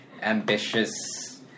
Ambitious